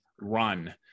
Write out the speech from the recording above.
run